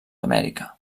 amèrica